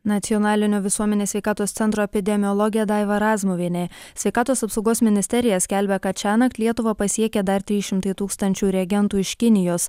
nacionalinio visuomenės sveikatos centro epidemiologė daiva razmuvienė sveikatos apsaugos ministerija skelbia kad šiąnakt lietuvą pasiekė dar trys šimtai tūkstančių reagentų iš kinijos